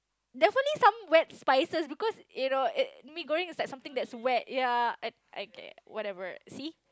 definitely some wet spices because you know mee-goreng is something that is wet ya okay whatever see